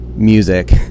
Music